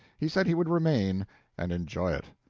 he said he would remain and enjoy it.